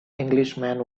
englishman